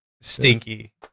stinky